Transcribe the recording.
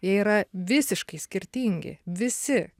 jie yra visiškai skirtingi visi